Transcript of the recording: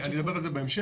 אני אדבר על זה בהמשך.